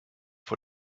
vor